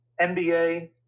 NBA